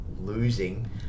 losing